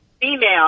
Female